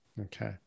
Okay